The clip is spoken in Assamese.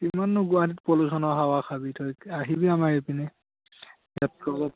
কিমাননো গুৱাহাটীত পলিওশ্যনৰ হাৱা খাবি আহিবি আমাৰ এইপিনে ইয়াত ফুৰিবি